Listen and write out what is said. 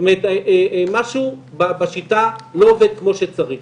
זאת אומרת משהו בשיטה לא עובד כמו שצריך.